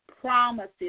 promises